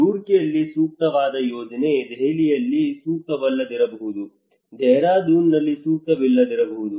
ರೂರ್ಕಿಯಲ್ಲಿ ಸೂಕ್ತವಾದ ಯೋಜನೆ ದೆಹಲಿಯಲ್ಲಿ ಸೂಕ್ತವಲ್ಲದಿರಬಹುದು ದೆಹ್ರಾಡೂನ್ನಲ್ಲಿ ಸೂಕ್ತವಲ್ಲದಿರಬಹುದು